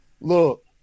look